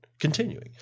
Continuing